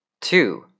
two